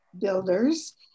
builders